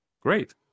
great